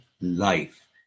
life